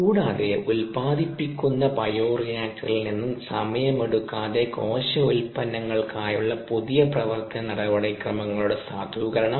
കൂടാതെ ഉൽപാദിപ്പിക്കുന്ന ബയോറിയാക്ടറിൽ നിന്ന് സമയമെടുക്കാതെ കോശ ഉൽപ്പന്നങ്ങൾക്കായുള്ള പുതിയ പ്രവർത്തന നടപടിക്രമങ്ങളുടെ സാധൂകരണം